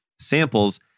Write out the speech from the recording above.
samples